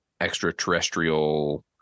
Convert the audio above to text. extraterrestrial